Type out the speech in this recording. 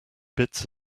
bits